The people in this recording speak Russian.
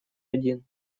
один